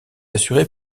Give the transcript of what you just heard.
assurée